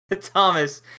Thomas